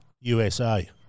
USA